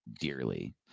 dearly